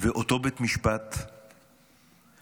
ואותו בית משפט שאנחנו,